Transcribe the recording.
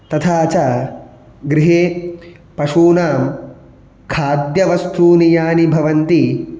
तथा च गृहे पशूनां खाद्यवस्तूनि यानि भवन्ति